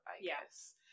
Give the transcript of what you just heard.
yes